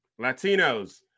Latinos